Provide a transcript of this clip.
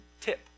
tip